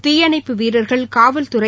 தீயணைப்பு வீரர்கள் காவல்தறை